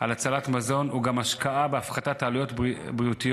על הצלת מזון הוא גם השקעה בהפחתת עלויות בריאותיות